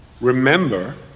remember